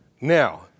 Now